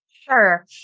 Sure